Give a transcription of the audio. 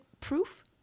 proof